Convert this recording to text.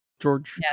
George